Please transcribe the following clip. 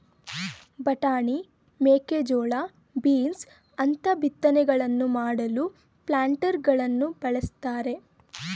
ಬಟಾಣಿ, ಮೇಕೆಜೋಳ, ಬೀನ್ಸ್ ಅಂತ ಬಿತ್ತನೆಗಳನ್ನು ಮಾಡಲು ಪ್ಲಾಂಟರಗಳನ್ನು ಬಳ್ಸತ್ತರೆ